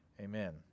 Amen